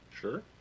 Sure